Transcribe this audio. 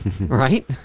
Right